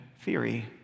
theory